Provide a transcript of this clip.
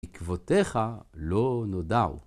עקבותיך לא נודעו.